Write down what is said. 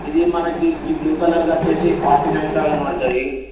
ఇది మనకు ఈ బ్లూ కలర్ వచ్చి ఫార్టీ నైన్ థౌసండ్ పడుతుంది